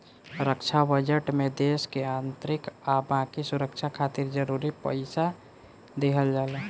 रक्षा budget में देश के आंतरिक आ बाकी सुरक्षा खातिर जरूरी पइसा दिहल जाला